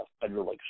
federal